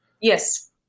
yes